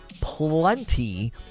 plenty